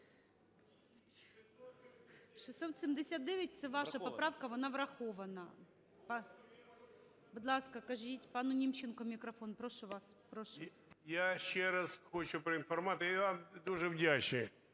Я ще раз хочу проінформувати, я вам дуже вдячний,